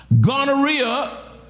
Gonorrhea